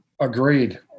Agreed